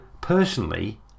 personally